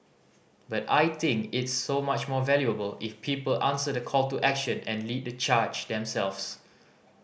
but I think it's so much more valuable if people answer the call to action and lead the charge themselves